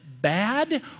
bad